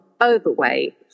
overweight